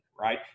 Right